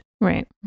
Right